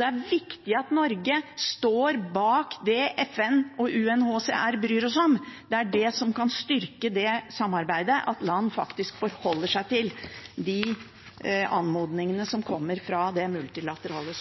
Det er viktig at Norge står bak det FN og UNHCR ber oss om. Det er det som kan styrke dette samarbeidet: at land faktisk forholder seg til de anmodningene som kommer fra det multilaterale